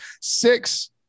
Six